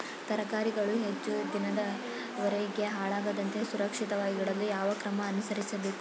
ತರಕಾರಿಗಳು ಹೆಚ್ಚು ದಿನದವರೆಗೆ ಹಾಳಾಗದಂತೆ ಸುರಕ್ಷಿತವಾಗಿಡಲು ಯಾವ ಕ್ರಮ ಅನುಸರಿಸಬೇಕು?